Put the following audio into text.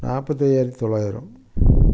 நாற்பத்தையாயிரத்தி தொள்ளாயிரம்